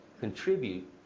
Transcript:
Contribute